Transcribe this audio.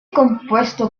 compuesto